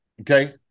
okay